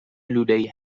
لولهای